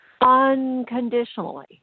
unconditionally